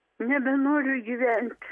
nebenoriu gyventi